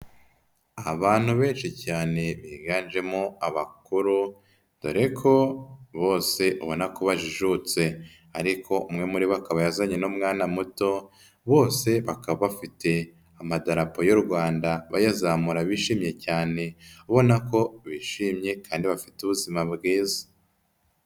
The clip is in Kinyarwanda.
Abantu benshi cyane biganjemo abakuru, dore ko bose ubona ko bajijutse, ariko umwe muri bo akaba yazanye n'umwana muto, bose bakaba bafite amadarapo y'u Rwanda bayazamura bishimye cyane, ubona ko bishimye kandi bafite ubuzima bwiza.